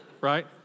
Right